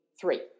three